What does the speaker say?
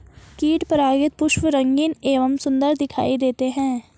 कीट परागित पुष्प रंगीन एवं सुन्दर दिखाई देते हैं